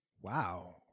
Wow